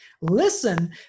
Listen